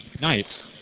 Nice